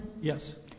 Yes